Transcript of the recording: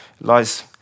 lies